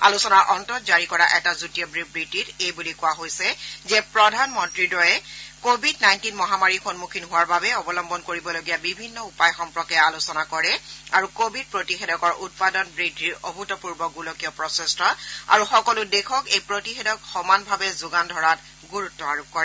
আলোচনাৰ অন্তত জাৰি কৰা এটা যুটীয়া বিবৃতিত এই বুলি কোৱা হৈছে যে প্ৰধানমন্ত্ৰীদ্বয়ে কোভিড নাইণ্টিন মহামাৰীৰ সন্মুখীন হোৱাৰ বাবে অৱলম্বন কৰিবলগীয়া বিভিন্ন উপায় সম্পৰ্কে আলোচনা কৰে আৰু কোভিড প্ৰতিষেধকৰ উৎপাদন বৃদ্ধিৰ অভূতপূৰ্ব গোলকীয় প্ৰচেষ্টা আৰু সকলো দেশক এই প্ৰতিষেধক সমানভাৱে যোগান ধৰাত গুৰুত্ব আৰোপ কৰে